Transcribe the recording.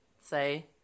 say